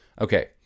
okay